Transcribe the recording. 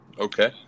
Okay